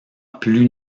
plus